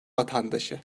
vatandaşı